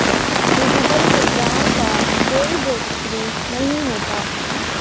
digital मुद्राओं का कोई भौतिक रूप नहीं होता